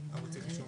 צריך אישור.